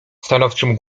stanowczym